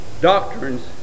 doctrines